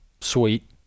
sweet